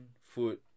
food